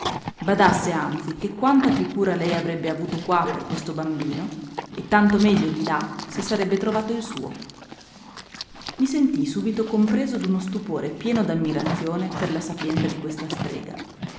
badasse anzi che quanta piú cura lei avrebbe avuto qua per questo bambino e tanto meglio di là si sarebbe trovato il suo i sentii subito compreso d'uno stupore pieno d'ammirazione per la sapienza di questa strega